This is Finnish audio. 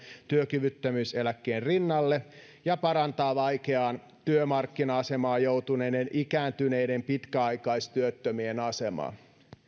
työkyvyttömyyseläkkeen rinnalle ja parantaa vaikeaan työmarkkina asemaan joutuneiden ikääntyneiden pitkäaikaistyöttömien asemaa